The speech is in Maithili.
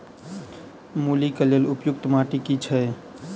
मूली केँ लेल उपयुक्त माटि केँ छैय?